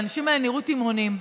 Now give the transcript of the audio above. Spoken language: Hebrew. והאנשים האלה נראו תימהוניים.